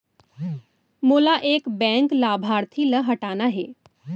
मोला एक बैंक लाभार्थी ल हटाना हे?